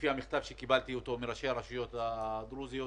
לפי המכתב שקיבלתי מראשי הרשויות הדרוזיות,